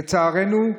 לצערנו,